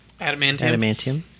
Adamantium